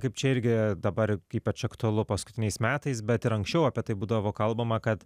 kaip čia irgi dabar ypač aktualu paskutiniais metais bet ir anksčiau apie tai būdavo kalbama kad